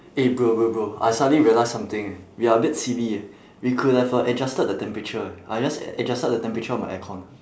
eh bro bro bro I suddenly realise something eh we are a bit silly eh we could have uh adjusted the temperature eh I just adjusted the temperature of my aircon